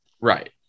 Right